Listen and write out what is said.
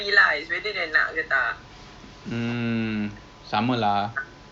I will try my very best to convince him to go